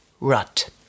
rut